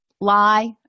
lie